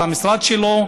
את המשרד שלו,